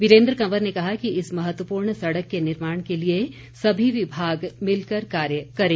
वीरेन्द्र कंवर ने कहा कि इस महत्वपूर्ण सड़क के निर्माण के लिए सभी विभाग मिलकर कार्य करें